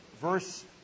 verse